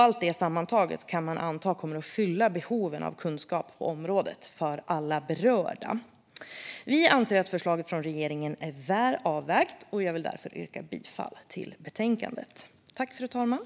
Allt detta sammantaget kan man anta kommer att fylla behoven av kunskap på området för alla berörda. Vi anser att förslaget från regeringen är väl avvägt, och jag vill därför yrka bifall till utskottets förslag i betänkandet.